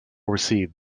received